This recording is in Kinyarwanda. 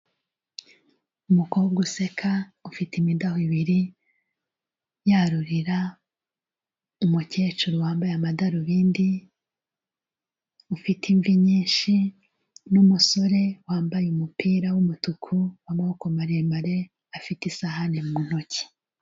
Umukobwa useka, ufite imidaho ibiri, yarurira umukecuru wambaye amadarubindi, ufite imvi nyinshi n'umusore wambaye umupira w'umutuku w'amaboko maremare afite isahane mu ntoki.